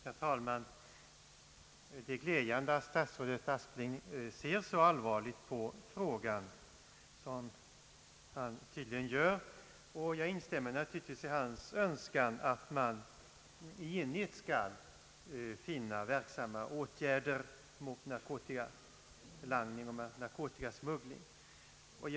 Herr talman! Det är glädjande att statsrådet Aspling ser så allvarligt på denna fråga som han tydligen gör. Jag instämmer naturligtvis i hans önskan om att man i enighet skall finna möjligheter till åtgärder mot langning och smuggling av narkotika.